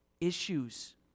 issues